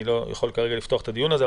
אני לא יכול כרגע לפתוח את הדיון הזה,